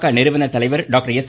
க நிறுவனர் தலைவர் டாக்டர் எஸ்